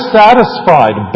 satisfied